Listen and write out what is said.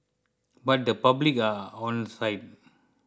but the public are onside